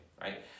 right